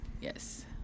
Yes